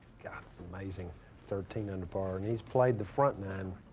amazing thirteen under par and he's played the front nine.